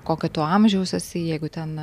kokio tu amžiaus esi jeigu ten